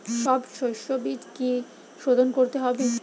সব শষ্যবীজ কি সোধন করতে হবে?